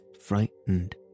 frightened